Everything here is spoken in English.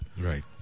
Right